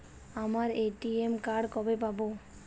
আমার ATM card কবে পাব?